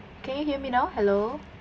can you hear me now hello